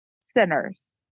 sinners